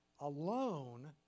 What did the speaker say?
alone